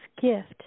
gift